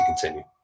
continue